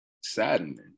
saddening